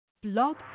Blog